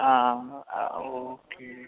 ആ ഓക്കെ